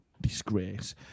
disgrace